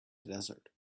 desert